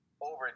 over